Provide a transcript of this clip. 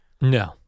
No